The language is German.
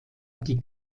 die